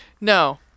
No